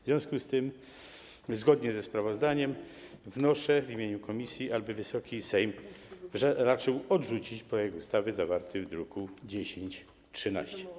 W związku z tym, zgodnie ze sprawozdaniem, wnoszę w imieniu komisji, aby Wysoki Sejm raczył odrzucić projekt ustawy zawarty w druku nr 1013.